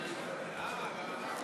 למה?